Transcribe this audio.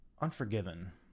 Unforgiven